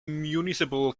municipal